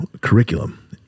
curriculum